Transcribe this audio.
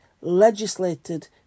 legislated